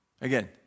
Again